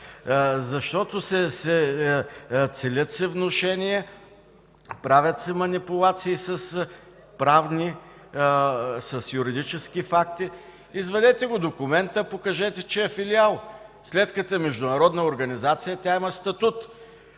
неясна. Целят се внушения, правят се манипулации с юридически факти. Извадете документа и покажете, че е филиал. След като е международна организация, тя има статут.